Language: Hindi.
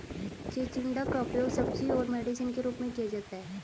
चिचिण्डा का उपयोग सब्जी और मेडिसिन के रूप में किया जाता है